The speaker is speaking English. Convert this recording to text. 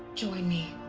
join me.